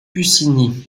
puccini